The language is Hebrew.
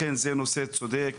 זה לכן נושא צודק